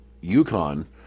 Yukon